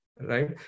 right